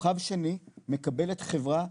כוכב שני מקבלת חברה,